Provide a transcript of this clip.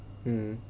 mm